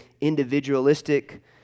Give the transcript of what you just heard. individualistic